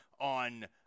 on